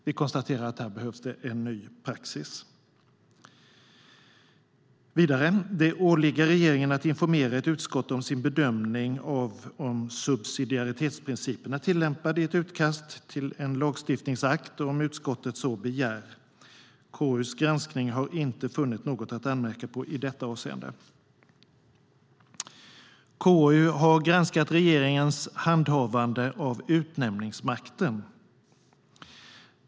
Vi konstaterar att här behövs en ny praxis. Vidare åligger det regeringen att informera ett utskott om sin bedömning av om subsidiaritetsprincipen är tillämpad i ett utkast till en lagstiftningsakt om utskottet så begär. KU:s granskning har inte funnit något att anmärka på i detta avseende. KU har granskat regeringens handhavande av utnämningsmakten.